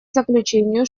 заключению